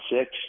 six